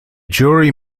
jury